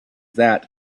that